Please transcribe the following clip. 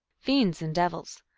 fiends and devils.